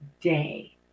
day